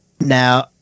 Now